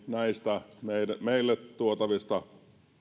näistä meille tuotavista